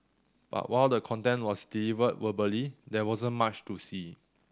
but while the content was delivered verbally there wasn't much to see